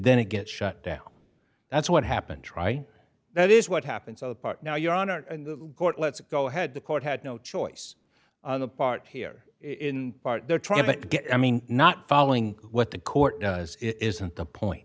then it gets shut down that's what happened trite that is what happened so the part now you're on our court let's go ahead the court had no choice on the part here in part they're trying to get i mean not following what the court does it isn't the point